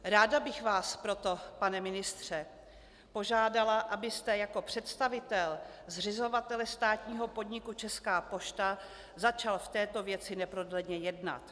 Ráda bych vás proto, pane ministře, požádala, abyste jako představitel zřizovatele státního podniku Česká pošta začal v této věci neprodleně jednat.